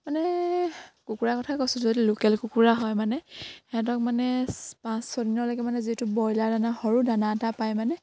মানে কুকুৰা কথা কৈছোঁ যদি লোকেল কুকুৰা হয় মানে সিহঁতক মানে পাঁচ ছয় দিনলৈকে মানে যিটো ব্ৰইলাৰ দানা সৰু দানা এটা পায় মানে